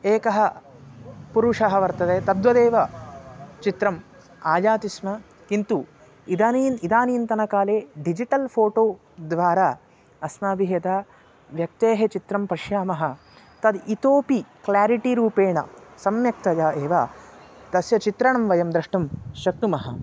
एकः पुरुषः वर्तते तद्वदेव चित्रम् आयाति स्म किन्तु इदानीम् इदानीन्तनकाले डिजिटल् फ़ोटो द्वारा अस्माभिः यथा व्यक्तेः चित्रं पश्यामः तत् इतोपि क्लेरिटि रूपेण सम्यक्तया एव तस्य चित्रणं वयं द्रष्टुं शक्नुमः